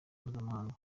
mpuzamahanga